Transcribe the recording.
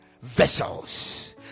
vessels